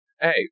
hey